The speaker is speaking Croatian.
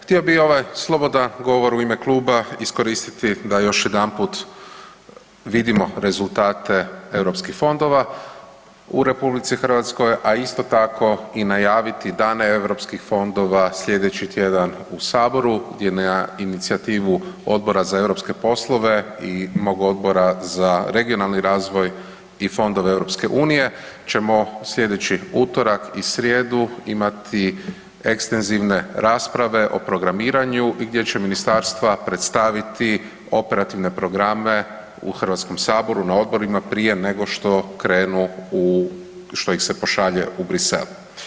Htio bih ovaj slobodan govor u ime kluba iskoristiti da još jedanput vidimo rezultate europskih fondova u RH, a isto tako najaviti Dane europskih fondova sljedeći tjedan u Saboru, gdje je na inicijativu Odbora za europske poslove i mog Odbora za regionalni razvoj i fondove EU ćemo sljedeći utorak i srijedu imati ekstenzivne rasprave o programiranju gdje će ministarstva predstaviti operativne programe u HS-u na odborima prije nego što krenu u što ih se pošalje u Bruxelles.